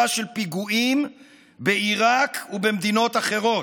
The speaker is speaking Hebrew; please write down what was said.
של פיגועים בעיראק ובמדינות אחרות,